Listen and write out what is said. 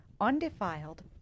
undefiled